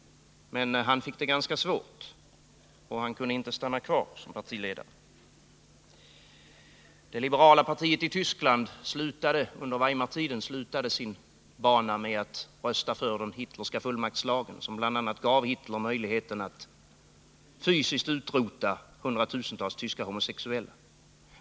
Men han fick det ganska svårt, och han kunde inte stanna kvar som partiledare. Det liberala partiet i Tyskland under Weimartiden slutade sin bana med att rösta för den hitlerska fullmaktslagen, som bl.a. gav Hitler möjligheten att fysiskt utrota hundratusentals tyska homosexuella.